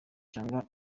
cyangwa